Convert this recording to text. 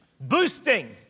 boosting